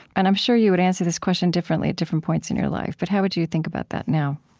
and i'm sure you would answer this question differently at different points in your life, but how would you think about that now?